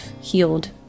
healed